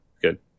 good